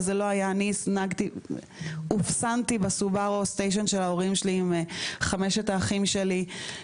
אותי שמו בסובארו סשטיין של ההורים שלי עם חמשת האחים שלי,